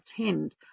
attend